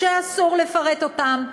שאסור לפרט אותן,